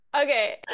Okay